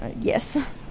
Yes